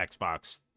Xbox